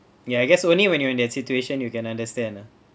ya I guess only when you in that situation you can understand ah